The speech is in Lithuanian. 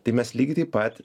tai mes lygiai taip pat